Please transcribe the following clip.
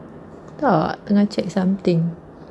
tak tengah check something